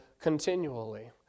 Continually